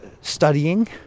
studying